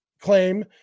claim